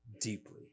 deeply